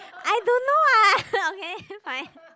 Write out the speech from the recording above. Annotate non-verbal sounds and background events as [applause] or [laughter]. I don't know what [laughs] okay fine